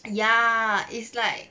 ya is like